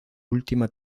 última